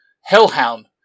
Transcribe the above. Hellhound